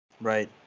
right